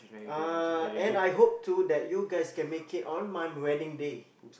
uh and I hope too that you guys can make it on my wedding day